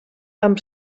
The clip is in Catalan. amb